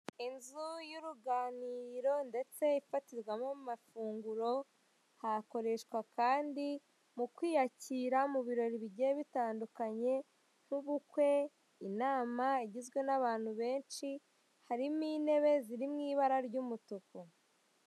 Inzu y'uruganiriro ndetse ifatirwamo amafunguro hakoreshwa kandi mu kwiyakira mu birori bigiye bitandukanye nk'ubukwe, inama igizwe n'abantu benshi harimo intebe ziri mu ibara ry'umutuku.